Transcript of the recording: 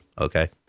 Okay